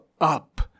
up